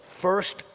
first